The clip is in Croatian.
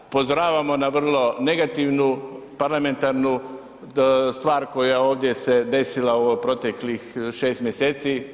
Upozoravamo na vrlo negativnu parlamentarnu stvar koja ovdje se desila u ovih proteklih 6 mjeseci.